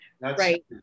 right